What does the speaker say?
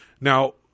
Now –